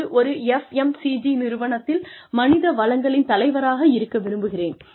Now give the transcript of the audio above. அல்லது ஒரு FMCG நிறுவனத்தில் மனித வளங்களின் தலைவராக இருக்க விரும்புகிறேன்